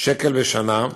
שקל בשנה,